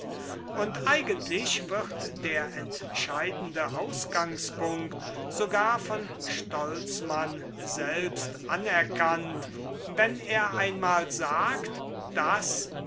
und eigentlich wird der entscheidende ausgangspunkt sogar von stolzmann selbst anerkannt wenn er einmal sagt daß